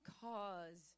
cause